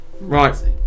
Right